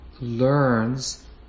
learns